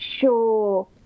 sure